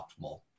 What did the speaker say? optimal